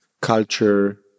culture